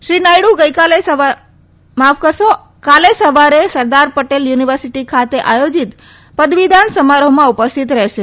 શ્રી નાયડુ કાલે સવારે સરદાર પટેલ યુનીવર્સીટી ખાતે આયોજીત પદવીદાન સમારોહમાં ઉપસ્થિત રહેશે